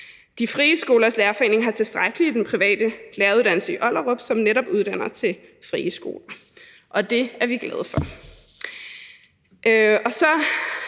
Frie Skolers Lærerforening har tilstrækkeligt i den private læreruddannelse i Ollerup, som netop uddanner til de frie skoler. Og det er vi glade for.